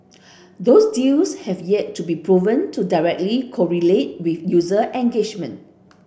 those deals have yet to be proven to directly correlate with user engagement